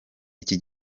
iki